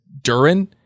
Durin